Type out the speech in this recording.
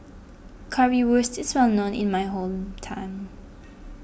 Currywurst is well known in my hometown